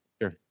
Sure